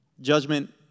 Judgment